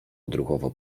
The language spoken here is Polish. odruchowo